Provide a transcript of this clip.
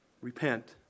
Repent